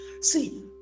See